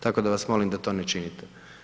Tako da vas molim da to ne činite.